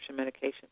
medication